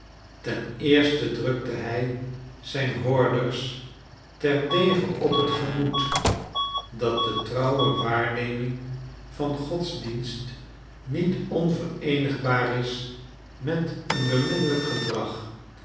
ten eerste drukte hij zijn hoorders terdege op t gemoed dat de trouwe waarneming van den godsdienst niet onvereenigbaar is met een beminnelyk gedrag